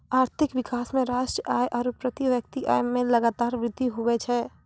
आर्थिक विकास मे राष्ट्रीय आय आरू प्रति व्यक्ति आय मे लगातार वृद्धि हुवै छै